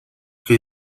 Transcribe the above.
que